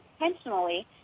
intentionally